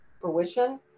fruition